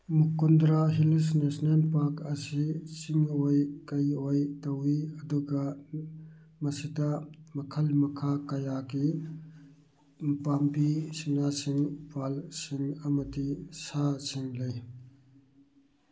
Mukundra hills national park ꯑꯁꯤ ꯆꯤꯡ ꯑꯣꯏ ꯀꯩꯑꯣꯏ ꯇꯧꯋꯤ ꯑꯗꯨꯒ ꯃꯁꯤꯗ ꯃꯈꯜ ꯃꯈꯥ ꯀꯌꯥꯒꯤ ꯎ ꯄꯥꯝꯕꯤ ꯁꯤꯡꯅꯥꯁꯤꯡ ꯎꯄꯥꯜꯁꯤꯡ ꯑꯃꯗꯤ ꯁꯥꯁꯤꯡ ꯂꯩ